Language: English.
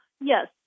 yes